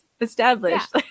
Established